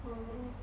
oh